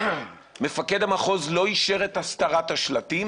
ומפקד המחוז לא אישר את הסתרת השלטים,